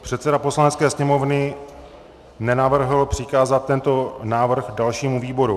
Předseda Poslanecké sněmovny nenavrhl přikázat tento návrh dalšímu výboru.